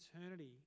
eternity